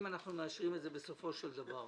אם אנחנו מאשרים את זה בסופו של דבר,